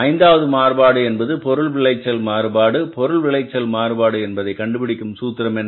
ஐந்தாவது மாறுபாடு என்பது பொருள் விளைச்சல் மாறுபாடு பொருள் விளைச்சல் மாறுபாடு என்பதை கண்டுபிடிக்கும் சூத்திரம் என்ன